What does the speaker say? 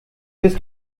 wirst